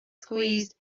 squeezed